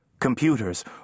Computers